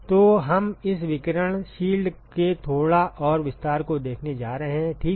तो हम इस विकिरण शील्ड के थोड़ा और विस्तार को देखने जा रहे हैं ठीक है